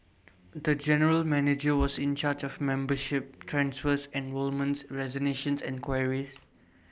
the general manager was in charge of membership transfers enrolments resignations and queries